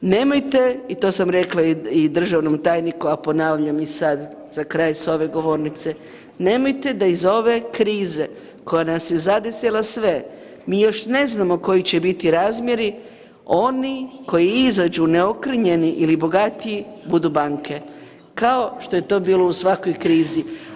Nemojte, i to sam rekla i državnom tajniku, a ponavljam i sad za kraj s ove govornice, nemojte da iz ove krize koja nas je zadesila sve, mi još ne znamo koji će biti razmjeri, oni koji i izađu neokrnjeni ili bogatiji, budu banke, kao što je to bilo u svakoj krizi.